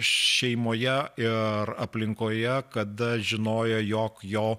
šeimoje ir aplinkoje kada žinojo jog jo